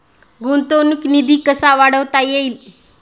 गुंतवणूक निधी कसा वाढवता येईल?